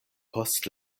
post